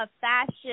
fashion